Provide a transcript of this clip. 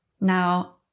Now